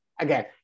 Again